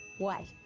why?